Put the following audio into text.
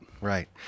Right